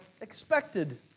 expected